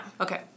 Okay